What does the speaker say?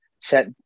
set